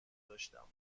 داشتم